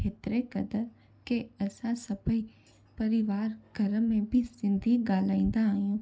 हेतिरे क़दुरु के असां सभई परिवार घर में बि सिंधी ॻाल्हाईंदा आहियूं